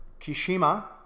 Kishima